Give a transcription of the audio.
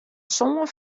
sân